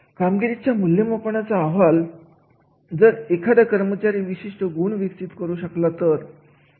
कामगिरीचे मूल्यमापन म्हणजे एखाद्या कामगाराच्या कर्तव्याचे सुयोग्य पद्धतीने केलेले वर्णन